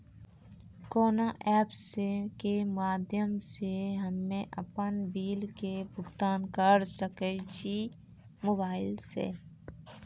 कोना ऐप्स के माध्यम से हम्मे अपन बिल के भुगतान करऽ सके छी मोबाइल से?